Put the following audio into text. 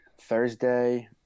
Thursday